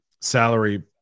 salary